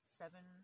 seven